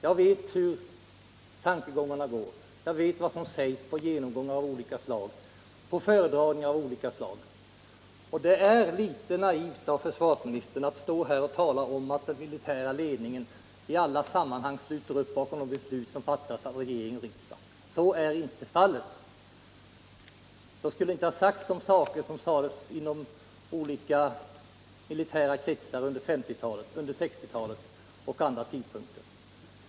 Jag vet hur tankegångarna går där, jag vet vad som sägs vid genomgångar och på föredragningar av olika slag. Det är därför litet väl naivt av försvarsministern att stå här och tala om att den militära ledningen i alla sammanhang sluter upp bakom de beslut som fattats av regering och riksdag. Så är icke fallet! Eljest skulle inte sådana saker ha yttrats som sagts inom olika militära kretsar under 1950 och 1960 talen och vid andra tidpunkter.